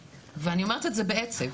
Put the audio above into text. ואני אומרת את זה בעצב,